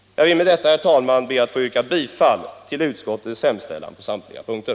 Herr talman! Jag vill med detta yrka bifall till utskottets hemställan på samtliga punkter.